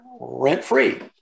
rent-free